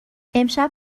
امشب